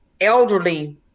elderly